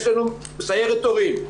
יש לנו סיירת הורים,